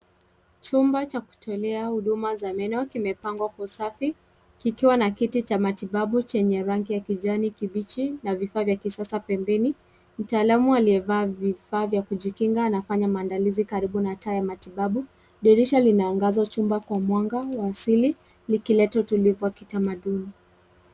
Chumba cha kutokea huduma za meno kimepangwa kwa usafi kikiwa na Kiti chenye rangi ya kijani kibichi na vifaa vya kisasa pembeni. Mtaalamu aliyevaa vifaa vya kujikinga anafanya maandalizi katika chumba cha matibabu. Dirisha Lina mwangaza wa asili likileta utulivu wa kitamaduni.